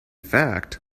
fact